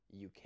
UK